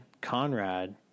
Conrad